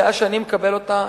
דעה שאני מקבל אותה,